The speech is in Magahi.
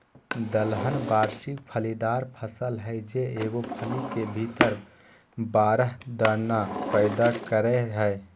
दलहन वार्षिक फलीदार फसल हइ जे एगो फली के भीतर बारह दाना पैदा करेय हइ